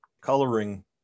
coloring